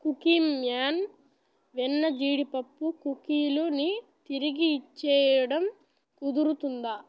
cookie man వెన్న జీడిపప్పు కుకీలుని తిరిగి ఇచ్చేయడం కుదురుతుందా